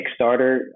Kickstarter